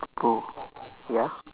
bro ya